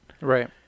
right